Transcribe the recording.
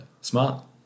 Smart